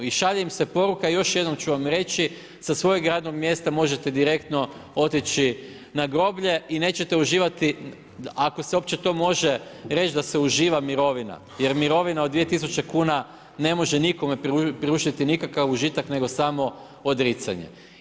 I šalje im se poruka još jednom ću vam reći, sa svojeg radnog mjesta možete direktno otići na groblje i nećete uživati ako se to uopće može reći da se uživa mirovina jer mirovina od 2000 kuna ne može nikome priuštiti nikakav užitak nego samo odricanje.